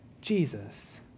Jesus